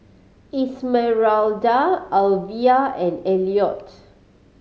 Esmeralda Alvia and Elliot